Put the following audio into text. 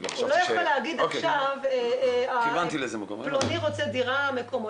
הוא לא יכול להגיד עכשיו: פלוני רוצה דירה ומקומו,